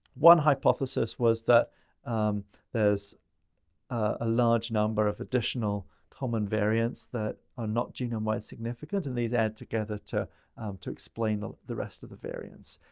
one hypothesis was that there's a large number of additional common variants that are not genome-wide significant, and these add together to um to explain the the rest of the variants.